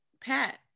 Pat